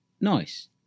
nice